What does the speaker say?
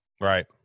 right